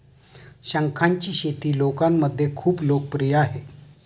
शंखांची शेती लोकांमध्ये खूप लोकप्रिय आहे